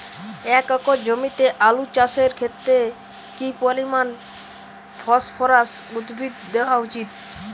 এক একর জমিতে আলু চাষের ক্ষেত্রে কি পরিমাণ ফসফরাস উদ্ভিদ দেওয়া উচিৎ?